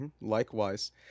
likewise